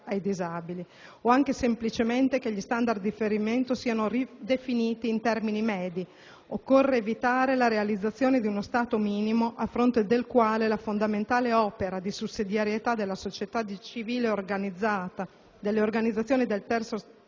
disabili, o anche semplicemente che gli standard di riferimento siano definiti in termini medi. Occorre evitare la realizzazione di uno «stato minimo» a fronte del quale la fondamentale opera sussidiaria della società civile organizzata, delle organizzazioni del terzo